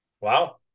Wow